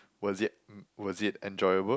was it was it enjoyable